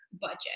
budget